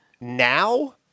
Now